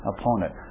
Opponent